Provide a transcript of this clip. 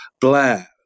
Blair